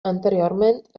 anteriorment